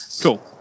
cool